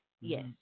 yes